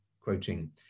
Quoting